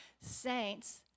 saints